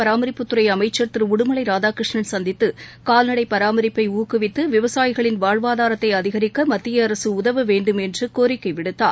பராமரிப்புத்துறை அமைச்சர் திரு உடுமலை ராதாகிருஷ்ணன் சந்தித்து கால்நடை பராமரிப்பை ஊக்குவித்து விவசாயிகளின் வாழ்வாதாரத்தை அதிகரிக்க மத்தியஅரசு உதவவேண்டும் என்று கோரிக்கை விடுத்தார்